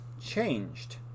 changed